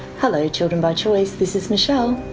hello children by choice, this is michelle.